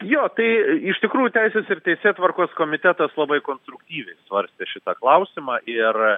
jo tai iš tikrųjų teisės ir teisėtvarkos komitetas labai konstruktyviai svarstė šitą klausimą ir